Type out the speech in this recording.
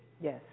Yes